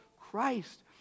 Christ